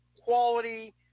quality